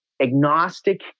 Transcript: agnostic